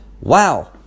Wow